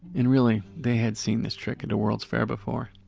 and really, they had seen this trick at a world's fair before.